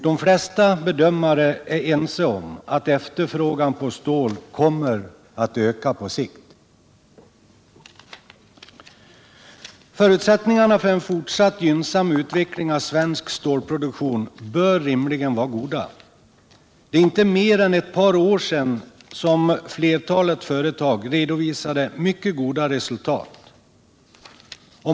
De flesta bedömare är ense om att efterfrågan på stål kommer att öka på sikt. Förutsättningarna för en fortsatt gynnsam utveckling av svensk stålproduktion bör rimligen vara goda. Det är inte mer än ett par år sedan som flertalet företag redovisade mycket goda resultat.